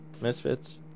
Misfits